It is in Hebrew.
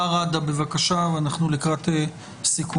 מר רדה, בבקשה, ואנחנו לקראת סיכום.